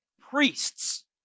priests